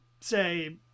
say